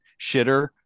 shitter